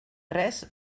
res